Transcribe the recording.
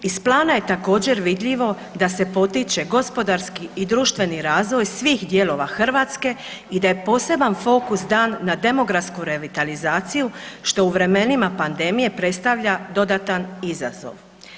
Iz plana je također vidljivo da se potiče gospodarski i društveni razvoj svih dijelova Hrvatske i da je poseban fokus dan na demografsku revitalizaciju, što u vremenima pandemije predstavlja dodatan izazov.